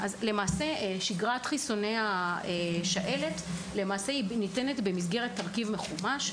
שגרת חיסוני השעלת ניתנת במסגרת תרכיב מחומש,